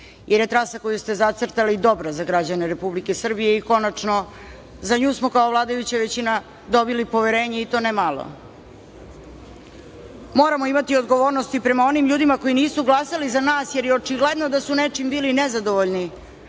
jer je trasa koju ste zacrtali dobra za građane Republike Srbije i, konačno, za nju smo kao vladajuća većina dobili poverenje i to ne malo. Moramo imati odgovornosti prema onim ljudima koji nisu glasali za nas, jer je očigledno da su nečim bili nezadovoljni,